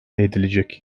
edilecek